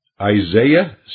Isaiah